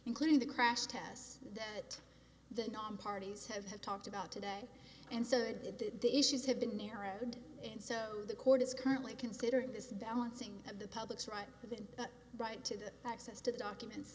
including the crash tests that the non parties have have talked about today and said they did the issues have been narrowed and so the court is currently considering this balancing of the public's right to the right to the access to the documents